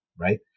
right